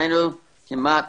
כמעט